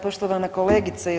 Poštovana kolegice.